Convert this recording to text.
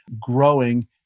growing